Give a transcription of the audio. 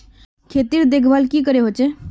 खेतीर देखभल की करे होचे?